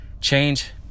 change